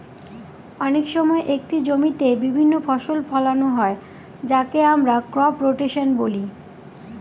অনেক সময় একটি জমিতে বিভিন্ন ফসল ফোলানো হয় যাকে আমরা ক্রপ রোটেশন বলি